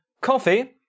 coffee